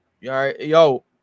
yo